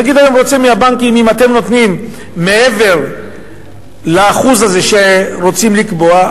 הנגיד היום רוצה מהבנקים: אם אתם נותנים מעבר לאחוז הזה שרוצים לקבוע,